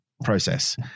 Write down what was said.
process